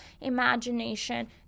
imagination